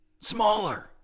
Smaller